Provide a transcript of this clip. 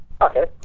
Okay